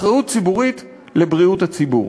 אחריות ציבורית לבריאות הציבור.